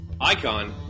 Icon